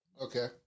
Okay